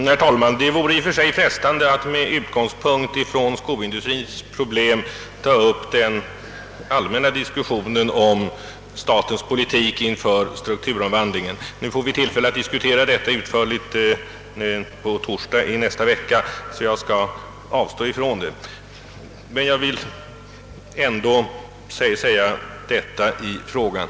Herr talman! Det vore i och för sig frestande att med utgångspunkt från skoindustrins problem ta upp en allmän diskussion om statens politik inför den pågående strukturomvandlingen. Nu kommer vi att få tillfälle att diskutera detta utförligt på torsdag i nästa vecka, så jag skall avstå därifrån. Jag vill dock säga följande i den frågan.